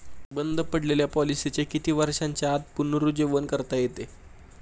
बंद पडलेल्या पॉलिसीचे किती वर्षांच्या आत पुनरुज्जीवन करता येते?